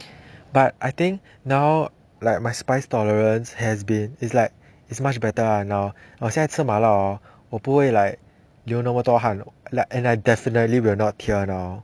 but I think now like my spice tolerance has been it's like it's much better now 我现在吃麻辣 hor 我不会 like 流那么多汗了 like and I definitely will not tear now